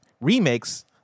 remakes